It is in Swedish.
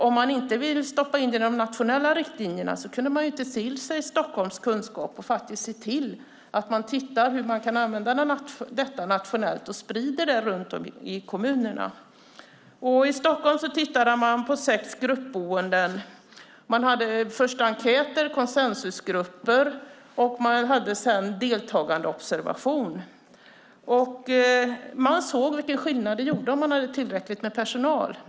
Om man inte vill ha med dessa i de nationella riktlinjerna kunde man väl ta till sig kunskapen från Stockholms stad och se hur den kan användas nationellt och sedan sprida kunskapen runt om i kommunerna. I Stockholm tittade man på sex gruppboenden. Man hade enkäter, konsensusgrupper och deltagandeobservation. Man såg vilken skillnad det gjorde om det fanns tillräckligt med personal.